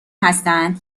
هستند